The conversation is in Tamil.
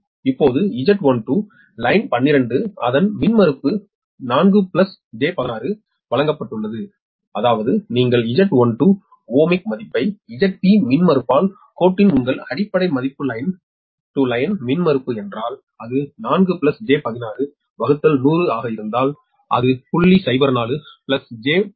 இப்போது Z12 லைன் 12 அதன் மின்மறுப்பு 4 j16 வழங்கப்பட்டது Ω அதாவது நீங்கள் Z12 ஓமிக் மதிப்பை ZB மின்மறுப்பால் கோட்டின் உங்கள் அடிப்படை மதிப்பு லைன் லைன் மின்மறுப்பு என்றால் அது 4 j16 100 ஆக இருந்தால் அது 0